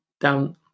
down